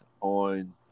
on